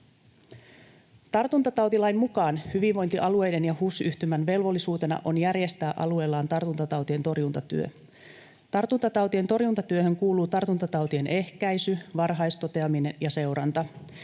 Tartuntatautilain mukaan hyvinvointialueiden ja HUS-yhtymän velvollisuutena on järjestää alueellaan tartuntatautien torjuntatyö. Tartuntatautien torjuntatyöhön kuuluu tartuntatautien ehkäisy, varhaistoteaminen ja seuranta,